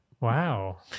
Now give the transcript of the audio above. Wow